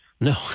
No